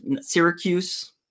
Syracuse